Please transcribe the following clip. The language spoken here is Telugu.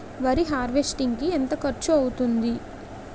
వరి హార్వెస్టింగ్ కి ఎంత ఖర్చు అవుతుంది?